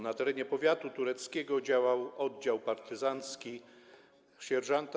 Na terenie powiatu tureckiego działał oddział partyzancki sierż.